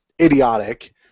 idiotic